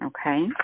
okay